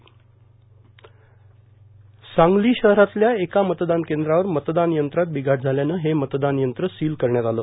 दरम्यान सांगली शहरातल्या एका मतदान केंद्रावर मतदान यंत्रात बिघाड झाल्यानं हे मतदान यंत्र सील करण्यात आलं